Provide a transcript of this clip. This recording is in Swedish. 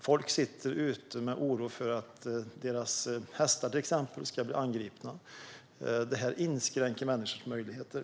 Folk sitter ute i oro över att till exempel deras hästar ska bli angripna. Detta inskränker människors möjligheter.